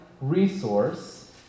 resource